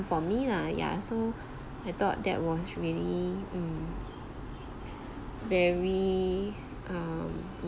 for me lah ya so I thought that was really mm very um